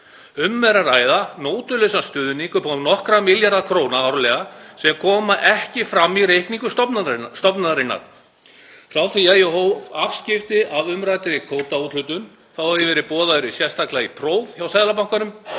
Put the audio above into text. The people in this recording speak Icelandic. Um er að ræða nótulausan stuðning upp á nokkra milljarða króna árlega sem koma ekki fram í reikningum stofnunarinnar. Frá því að ég hóf afskipti af umræddri kvótaúthlutun hef ég verið boðaður sérstaklega í próf hjá Seðlabankanum